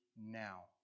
now